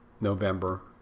November